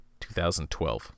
2012